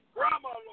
Grandma